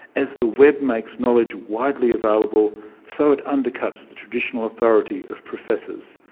as the web makes knowledge widely available, so it undercuts the traditional authority of professors.